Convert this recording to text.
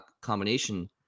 combination